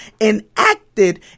enacted